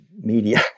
media